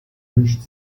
wünscht